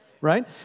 right